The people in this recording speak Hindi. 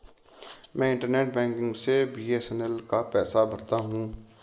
मैं इंटरनेट बैंकिग से बी.एस.एन.एल का पैसा भरता हूं